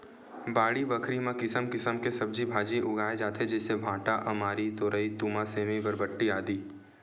बाड़ी बखरी म किसम किसम के सब्जी भांजी उगाय जाथे जइसे भांटा, अमारी, तोरई, तुमा, सेमी, बरबट्टी, आदि